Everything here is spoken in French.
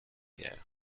guerre